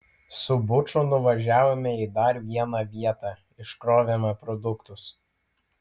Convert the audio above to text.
su buču nuvažiavome į dar vieną vietą iškrovėme produktus